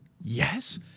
Yes